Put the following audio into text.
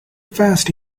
fast